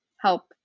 help